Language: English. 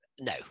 No